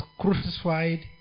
crucified